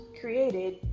created